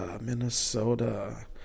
Minnesota